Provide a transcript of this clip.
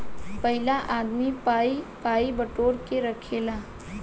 एहिला आदमी पाइ पाइ बिटोर के रखेला